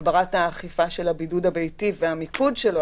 הגברת האכיפה של הבידוד הביתי והמיקוד שלו,